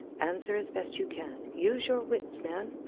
answer as best you can. use your wits, man.